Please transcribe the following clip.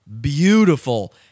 beautiful